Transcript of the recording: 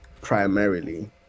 primarily